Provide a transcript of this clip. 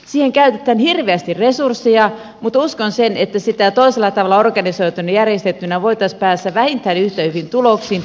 siihen käytetään hirveästi resursseja mutta uskon että toisella tavalla organisoituna järjestettynä voitaisiin päästä vähintään yhtä hyviin tuloksiin